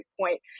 point